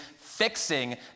fixing